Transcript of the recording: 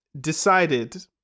decided